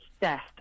death